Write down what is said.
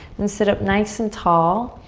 and sit up nice and tall.